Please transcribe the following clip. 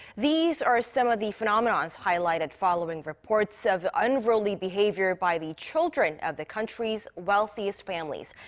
these are some of the phenomenons highlighted following reports of unruly behavior by the children of the country's wealthiest families.